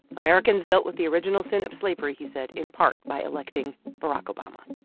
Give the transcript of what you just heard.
americans dealt with the original sin of slavery, he said, in part by electing barack obama